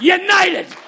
united